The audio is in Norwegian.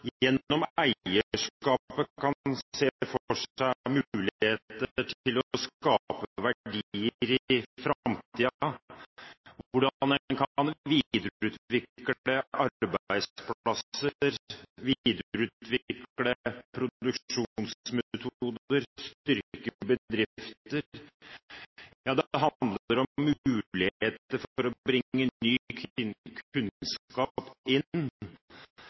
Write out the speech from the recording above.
gjennom eierskapet kan se for seg muligheter til å skape verdier i framtiden, hvordan en kan videreutvikle arbeidsplasser, videreutvikle produksjonsmetoder og styrke bedrifter. Det handler om muligheter for å bringe ny kunnskap inn,